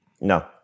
No